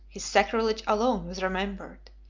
his sacrilege alone was remembered,